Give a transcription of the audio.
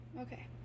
Okay